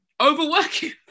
overworking